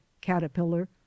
caterpillar